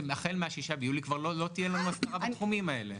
החל מ-6 ביולי כבר לא תהיה לנו הסדרה בתחומים האלה.